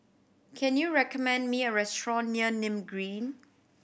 can you recommend me a restaurant near Nim Green